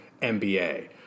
MBA